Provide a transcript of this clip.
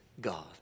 God